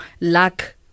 luck